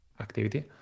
activity